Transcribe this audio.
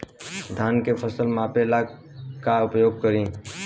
धान के फ़सल मापे ला का उपयोग करी?